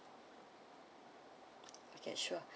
okay sure